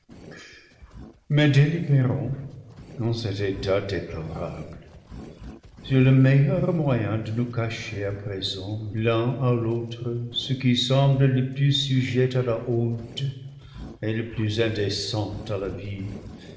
cet état déplorable sur le meilleur moyen de nous cacher à présent l'un à l'autre ce qui semble le plus sujet à la honte et le plus indécent à la vue